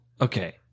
okay